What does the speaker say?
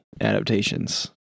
adaptations